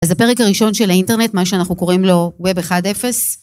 אז הפרק הראשון של האינטרנט, מה שאנחנו קוראים לו Web 1.0.